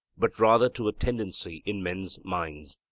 but rather to a tendency in men's minds.